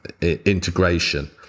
integration